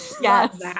yes